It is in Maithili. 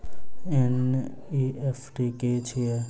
एन.ई.एफ.टी की छीयै?